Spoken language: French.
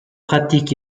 pratique